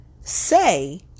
say